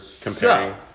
comparing